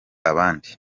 abandi